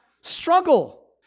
struggle